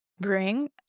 bring